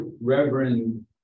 Reverend